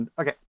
Okay